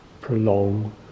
prolong